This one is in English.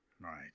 Right